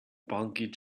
bungee